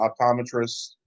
optometrist